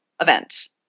event